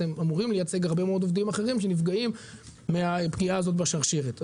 אתם אמורים לייצג הרבה מאוד עובדים אחרים שנפגעים מהפגיעה הזאת בשרשרת.